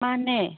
ꯃꯥꯅꯦ